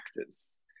actors